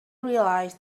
realized